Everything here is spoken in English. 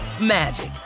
magic